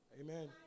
Amen